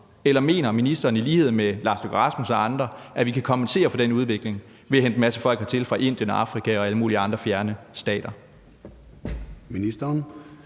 eller om ministeren i lighed med udenrigsministeren og andre mener, at vi kan kompensere for den udvikling ved at hente en masse folk hertil fra Indien og Afrika og alle mulige andre fjerne steder.